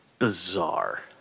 bizarre